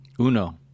uno